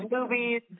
movies